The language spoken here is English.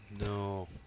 no